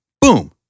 Boom